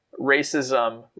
racism